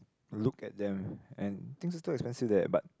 look at them and things are too expensive there but